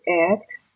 act